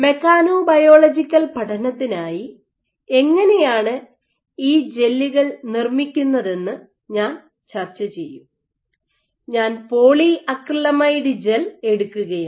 mechanobiological പഠനത്തിനായി എങ്ങനെയാണ് ഈ ജെല്ലുകൾ നിർമ്മിക്കുന്നതെന്ന് ഞാൻ ചർച്ച ചെയ്യും ഞാൻ പോളിഅക്രിലമൈഡ് ജെൽ എടുക്കുകയാണ്